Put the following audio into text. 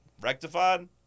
rectified